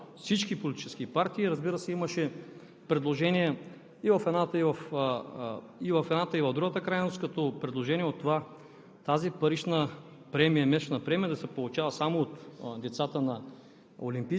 идея, която впоследствие беше припозната от всички политически партии. Разбира се, имаше предложения и в едната, и в другата крайност, като това